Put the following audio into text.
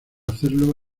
hacerlo